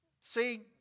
see